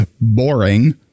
boring